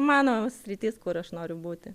mano sritis kur aš noriu būti